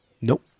Nope